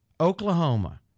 Oklahoma